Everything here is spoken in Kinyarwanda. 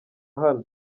hano